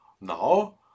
Now